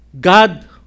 God